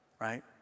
right